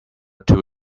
two